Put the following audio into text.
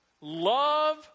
Love